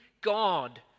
God